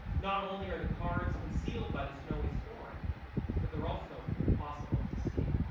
not only are the cards concealed by the snowy storm but they're also impossible to see.